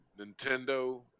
Nintendo